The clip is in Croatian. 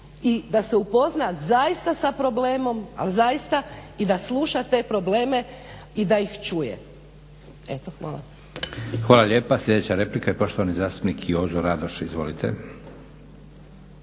i da se upozna zaista sa problemom, ali zaista, i da sluša te probleme i da ih čuje. Eto, hvala. **Leko, Josip (SDP)** Hvala lijepa. Sljedeća replika i poštovani zastupnik Jozo Radoš. Izvolite.